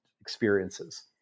experiences